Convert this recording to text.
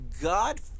god